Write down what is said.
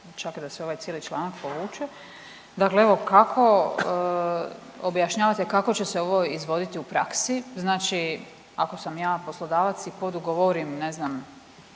čak da se ovaj cijeli članak povuče. Dakle, evo kako objašnjavate kako će se ovo izvoditi u praksi, znači ako sam ja poslodavac i podugovorim ne znam